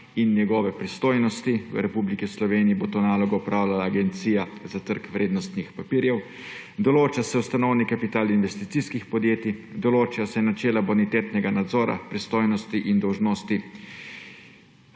njegove pristojnosti v Republiki Sloveniji bo to nalogo opravljala Agencija za trg vrednostnih papirjev, določa se ustanovni kapital investicijskih podjetij, določajo se načela bonitetnega nadzora, pristojnosti in dolžnosti